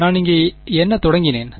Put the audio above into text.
நான் இங்கே என்ன தொடங்கினேன்